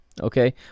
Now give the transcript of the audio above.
Okay